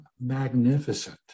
magnificent